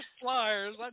flyers